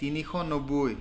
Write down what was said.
তিনিশ নব্বৈ